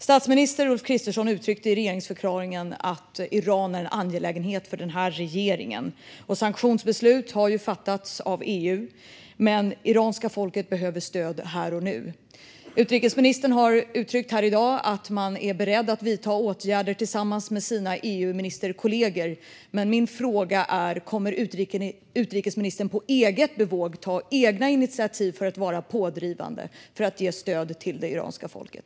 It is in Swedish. Statsminister Ulf Kristersson uttryckte i regeringsförklaringen att Iran är en angelägenhet för den här regeringen. Sanktionsbeslut har fattats av EU, men iranska folket behöver stöd här och nu. Utrikesministern har uttryckt här i dag att man är beredd att vidta åtgärder tillsammans med sina EU-ministerkollegor, men min fråga är: Kommer utrikesministern på eget bevåg att ta egna initiativ för att vara pådrivande för att ge stöd till det iranska folket?